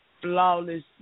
Flawless